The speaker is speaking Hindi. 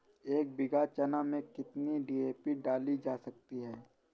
एक बीघा चना में कितनी डी.ए.पी डाली जा सकती है?